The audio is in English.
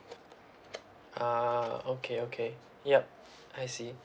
ah okay okay yup I see